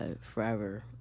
Forever